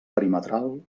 perimetral